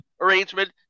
arrangement